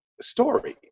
story